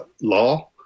law